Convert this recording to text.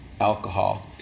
alcohol